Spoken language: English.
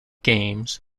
games